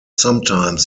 sometimes